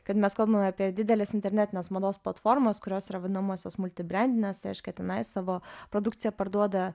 kad mes kalbame apie dideles internetinės mados platformas kurios yra vadinamosios multibrendinės tai reiškia tenais savo produkciją parduoda